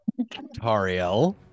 Tariel